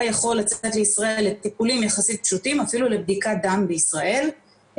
לזה יש לך שאלה בשמחה רבה,